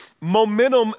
Momentum